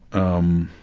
um,